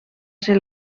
ser